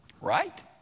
Right